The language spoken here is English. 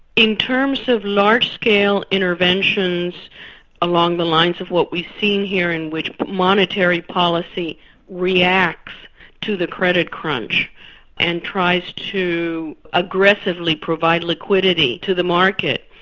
in terms of large-scale interventions along the lines of what we've seen here in which monetary policy reacts to the credit crunch and tries to aggressively provide liquidity to the market,